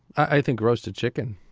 i think roasted chicken